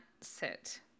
sit